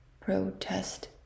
protest